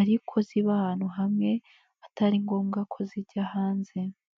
ariko ziba ahantu hamwe atari ngombwa ko zijya hanze.